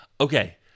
Okay